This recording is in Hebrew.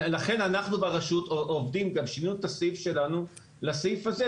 לכן אנחנו ברשות עובדים גם שינינו את הסעיף שלנו לסעיף הזה,